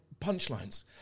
punchlines